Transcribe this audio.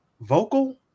vocal